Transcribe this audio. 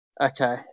Okay